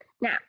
Now